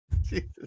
Jesus